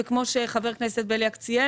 וכמו שחבר הכנסת בליאק ציין